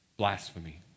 blasphemy